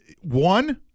One